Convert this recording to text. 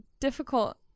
difficult